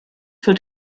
für